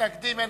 (התליית ההיטל בשל צריכת מים עודפת),